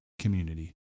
community